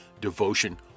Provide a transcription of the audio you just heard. devotion